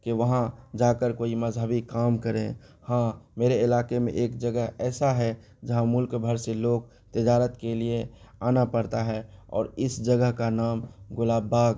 کہ وہاں جا کر کوئی مذہبی کام کریں ہاں میرے علاقے میں ایک جگہ ایسا ہے جہاں ملک بھر سے لوگ تجارت کے لیے آنا پڑتا ہے اور اس جگہ کا نام گلاب باغ